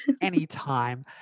anytime